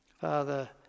Father